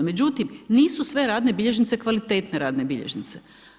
Međutim, nisu sve radne bilježnice kvalitetne radne bilježnice.